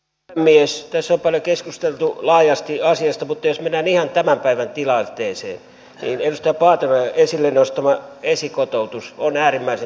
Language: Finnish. tässä on paljon laajasti keskusteltu asiasta mutta jos mennään ihan tämän päivän tilanteeseen niin edustaja paateron esille nostama esikotoutus on äärimmäisen tärkeää